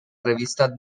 revista